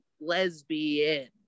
lesbian